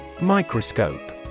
Microscope